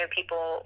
People